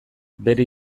bere